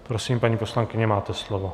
Prosím, paní poslankyně, máte slovo.